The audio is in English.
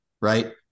right